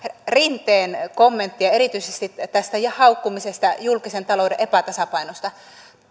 rinteen kommentteja erityisesti tätä haukkumista julkisen talouden epätasapainosta